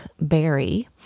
berry